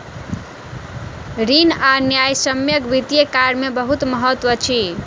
ऋण आ न्यायसम्यक वित्तीय कार्य में बहुत महत्त्व अछि